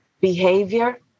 behavior